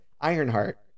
Ironheart